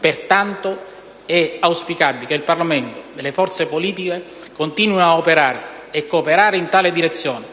Pertanto, è auspicabile che il Parlamento e le forze politiche continuino ad operare e cooperare in tale direzione